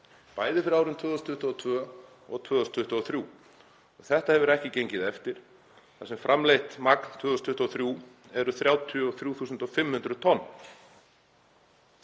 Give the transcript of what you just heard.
bæði fyrir árin 2022 og 2023. Þetta hefur ekki gengið eftir þar sem framleitt magn 2023 er 33.500 tonn.